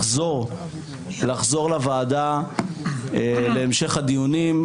לחזור לוועדה להמשך הדיונים,